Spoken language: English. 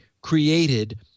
created